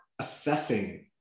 assessing